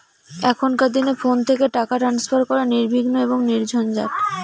এখনকার দিনে ফোন থেকে টাকা ট্রান্সফার করা নির্বিঘ্ন এবং নির্ঝঞ্ঝাট